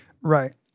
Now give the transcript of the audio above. Right